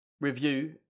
review